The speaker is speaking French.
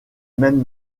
même